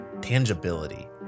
tangibility